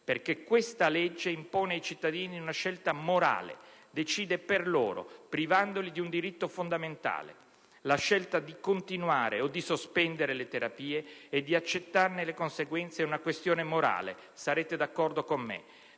perché questa legge impone ai cittadini una scelta morale, decide per loro, privandoli di un diritto fondamentale. La scelta di continuare o di sospendere le terapie, e di accettarne le conseguenze, è una questione morale, sarete d'accordo con me.